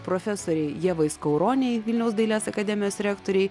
profesorei ievai skauronei vilniaus dailės akademijos rektorei